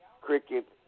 cricket